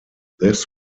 this